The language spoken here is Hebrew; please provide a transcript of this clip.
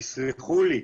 תסלחו לי,